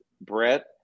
Brett